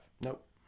nope